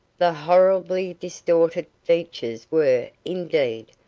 the horribly distorted features were, indeed,